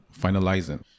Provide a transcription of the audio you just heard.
finalizing